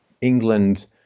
England